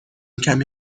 کمی